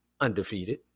undefeated